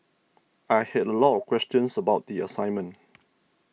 I had a lot of questions about the assignment